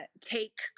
take